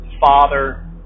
father